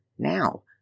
now